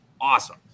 awesome